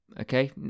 Okay